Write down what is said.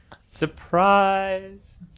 surprise